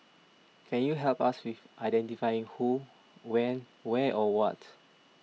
can you help us with identifying who when where or what